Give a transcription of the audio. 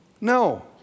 No